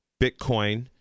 Bitcoin